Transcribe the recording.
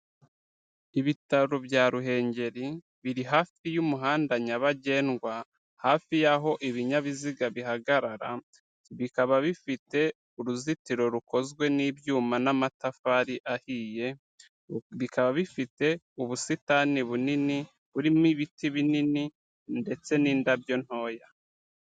Ibitaro bya Ruhengeri biri hafi y'umuhanda nyabagendwa, hafi y'aho ibinyabiziga bihagarara, bikaba bifite uruzitiro rukozwe n'ibyuma n'amatafari ahiye, bikaba bifite ubusitani bunini burimo ibiti binini ndetse n'indabyo ntoya.